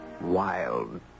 wild